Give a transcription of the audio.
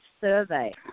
survey